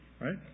Right